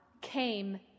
came